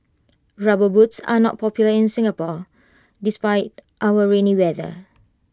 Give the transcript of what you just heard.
rubber boots are not popular in Singapore despite our rainy weather